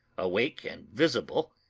awake and visible,